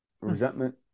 resentment